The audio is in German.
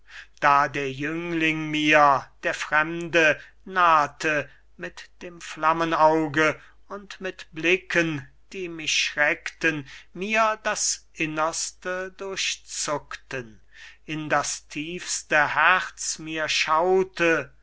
bewahrt da der jüngling mir der fremde nahte mit dem flammenauge und mit blicken die mich schreckten mir das innerste durchzuckten in das tiefste herz mir schaute noch